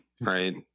right